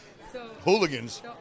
Hooligans